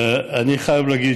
אני חייב להגיד